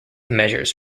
measures